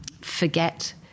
forget